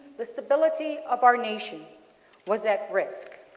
the stability of our nation was at risk.